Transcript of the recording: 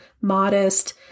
modest